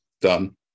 Done